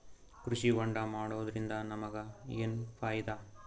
ಕೃಷಿ ಹೋಂಡಾ ಮಾಡೋದ್ರಿಂದ ನಮಗ ಏನ್ ಫಾಯಿದಾ?